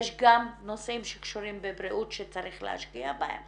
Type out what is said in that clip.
יש גם נושאים שקשורים בבריאות שצריך להשקיע בהם,